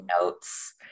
notes